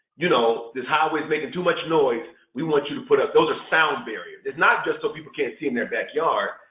you know this highway is making too much noise we want you to put up, those are sound barriers. it's not just so people can't see in their backyard.